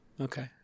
Okay